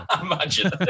Imagine